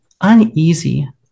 uneasy